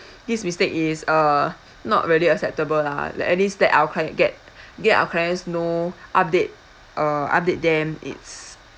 this mistake is uh not really acceptable lah like at least let our client get get our clients know update uh update them it's